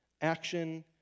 Action